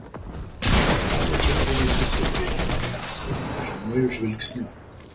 senelė taip ir įsisiurbė į mane savo nuožmiuoju žvilgsniu